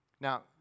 Now